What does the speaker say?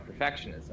perfectionism